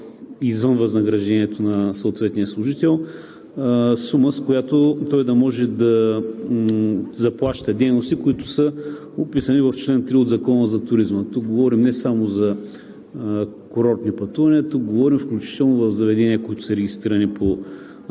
извън възнаграждението на съответния служител сума, с която той да може да заплаща дейности, които са описани в чл. 3 от Закона за туризма. Тук говорим не само за курортни пътувания, тук говорим, че включително в заведения, които са регистрирани по